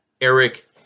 Eric